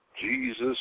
Jesus